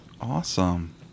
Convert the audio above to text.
Awesome